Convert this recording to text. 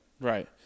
Right